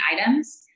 items